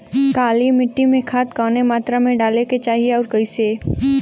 काली मिट्टी में खाद कवने मात्रा में डाले के चाही अउर कइसे?